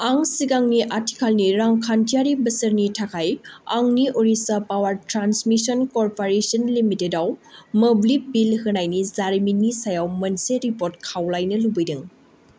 आं सिगांनि आथिखालनि रांखान्थियारि बोसोरनि थाखाय आंनि उरिसा पावार ट्रान्समेसन कर्परेसन लिमिटेडआव मोब्लिब बिल होनायनि जारिमिननि सायाव मोनसे रिपर्ट खावलायनो लुबैदों